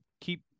keep